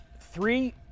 Three